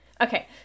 okay